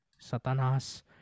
satanas